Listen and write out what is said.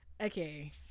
okay